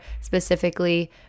specifically